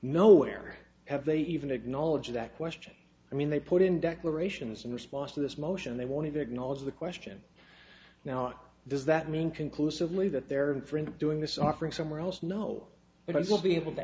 nowhere have they even acknowledge that question i mean they put in declarations in response to this motion they want to acknowledge the question now does that mean conclusively that they're in for in doing this offering somewhere else no it will be able to